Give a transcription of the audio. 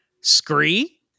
Scree